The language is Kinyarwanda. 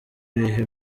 bihe